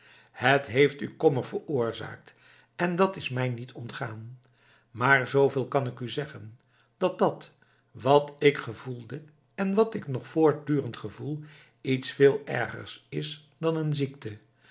het heeft u kommer veroorzaakt en dat is mij niet ontgaan maar zooveel kan ik u zeggen dat dat wat ik gevoelde en wat ik nog voortdurend gevoel iets veel ergers is dan een ziekte